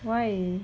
why